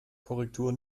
korrektur